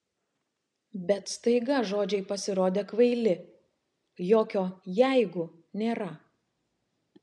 bet staiga žodžiai pasirodė kvaili jokio jeigu nėra